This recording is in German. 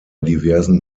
diversen